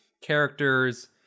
characters